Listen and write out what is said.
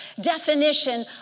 definition